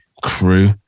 crew